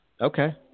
okay